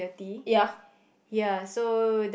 ya